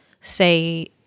say